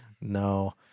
No